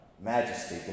majesty